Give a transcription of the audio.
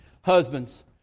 Husbands